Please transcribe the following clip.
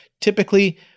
Typically